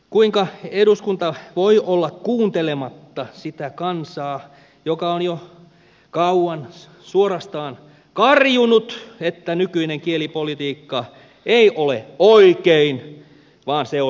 kuinka eduskunta voi olla kuuntelematta sitä kansaa joka on jo kauan suorastaan karjunut että nykyinen kielipolitiikka ei ole oikein vaan se on väärin